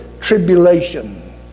tribulation